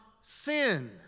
sin